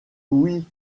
louis